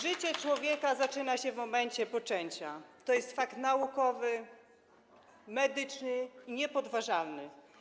Życie człowieka zaczyna się w momencie poczęcia, to jest fakt naukowy, medyczny i niepodważalny.